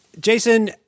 Jason